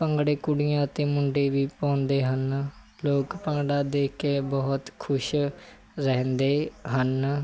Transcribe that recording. ਭੰਗੜੇ ਕੁੜੀਆਂ ਅਤੇ ਮੁੰਡੇ ਵੀ ਪਾਉਂਦੇ ਹਨ ਲੋਕ ਭੰਗੜਾ ਦੇਖ ਕੇ ਬਹੁਤ ਖੁਸ਼ ਰਹਿੰਦੇ ਹਨ